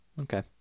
Okay